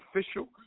official